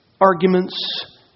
arguments